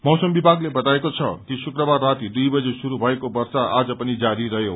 मौसम विभागले बताएको छ कि शुक़बार राति दुई बजे शुरू भएको वर्षा आज पनि जारी रहयो